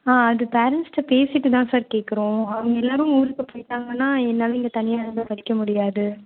ஆ அது பேரென்ட்ஸ்கிட்ட பேசிவிட்டு தான் சார் கேட்கறோம் அவங்க எல்லாரும் ஊருக்கு போயிட்டாங்கன்னா என்னால் இங்கே தனியாக இருந்து படிக்க முடியாது